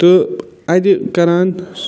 تہٕ اَتہِ کران